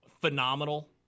phenomenal